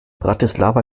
bratislava